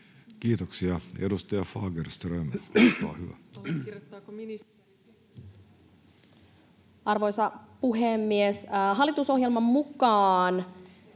Kiitoksia. — Edustaja Fagerström, olkaa hyvä. Arvoisa puhemies! Hallitusohjelman mukaan